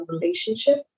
relationship